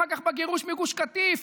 אחר כך בגירוש מגוש קטיף.